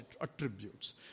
attributes